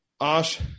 Ash